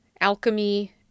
alchemy